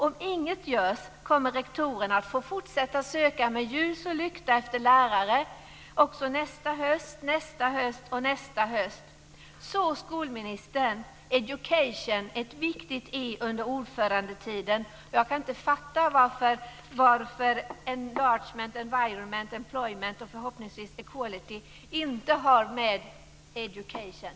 Om inget görs kommer rektorerna att få fortsätta att söka med ljus och lykta efter lärare också nästa höst och nästa och nästa höst. Så skolministern! Education är ett viktigt e under ordförandetiden. Jag kan inte fatta varför enlargement, environment, employment och förhoppningsvis equality inte hör ihop med education.